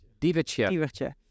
Divertje